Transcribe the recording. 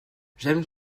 j’aime